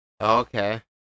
Okay